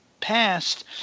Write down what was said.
passed